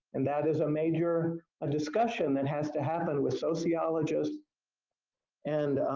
and that is a major ah discussion that has to happen with sociologists and